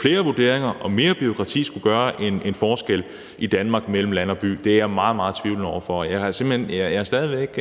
flere vurderinger og mere bureaukrati skulle gøre en forskel i Danmark mellem land og by, er jeg meget, meget tvivlende over for. Jeg kan stadig væk